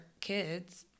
kids